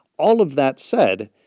all of that said,